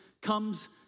comes